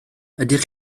ydych